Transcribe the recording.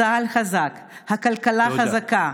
צה"ל חזק, הכלכלה חזקה,